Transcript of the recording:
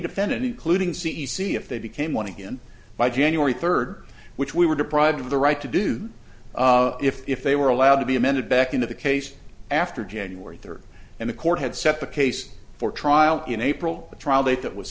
defendant including c e c if they became one again by january third which we were deprived of the right to do if they were allowed to be amended back into the case after january third and the court had set the case for trial in april the trial date that was